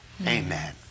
Amen